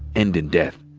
end in death.